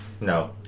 No